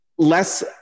less